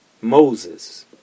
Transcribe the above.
Moses